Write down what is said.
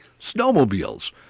snowmobiles